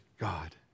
God